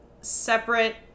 separate